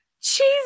Jesus